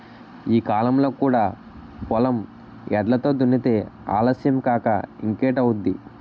ఈ కాలంలో కూడా పొలం ఎడ్లతో దున్నితే ఆలస్యం కాక ఇంకేటౌద్ది?